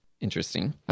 Interesting